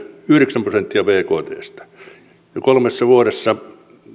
yhdeksän prosenttia bktsta yksin vuonna kaksituhattayhdeksän ja kolmessa vuodessa